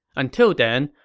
until then,